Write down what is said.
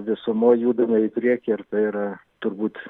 visumoj judame į priekį ir tai yra turbūt